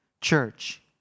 Church